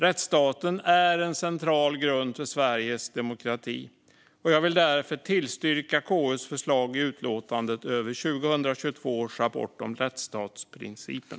Rättsstaten är en central grund för demokratin i Sverige. Jag yrkar därför bifall till KU:s förslag i utlåtandet 2022 års rapport om rättsstatsprincipen .